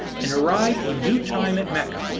and arrived in due time at mecca.